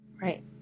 Right